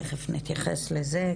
תיכף נתייחס לזה,